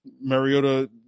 Mariota